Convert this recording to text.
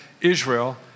Israel